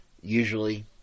usually